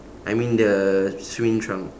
I mean the swimming trunk